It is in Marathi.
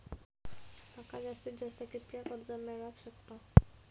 माका जास्तीत जास्त कितक्या कर्ज मेलाक शकता?